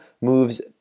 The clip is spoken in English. moves